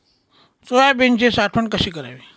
सोयाबीनची साठवण कशी करावी?